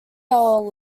ali